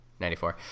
94